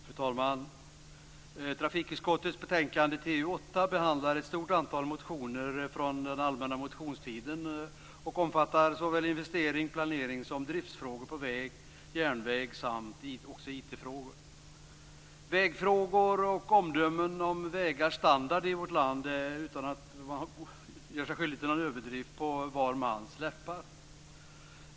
Fru talman! Trafikutskottets betänkande TU8 behandlar ett stort antal motioner från allmänna motionstiden och omfattar såväl investerings och planerings som driftsfrågor på väg och järnväg och även Vägfrågor och omdömen om vägars standard i vårt land är utan överdrift på var mans läppar.